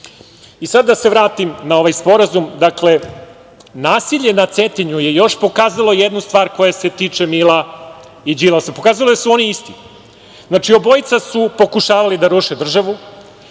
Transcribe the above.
da se vratim na ovaj sporazum. Dakle, nasilje na Cetinju je još pokazalo jednu stvar koja se tiče Mila i Đilasa. Pokazalo je da su oni isti. Znači, obojica su pokušavali da ruše državu.